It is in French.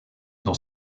dans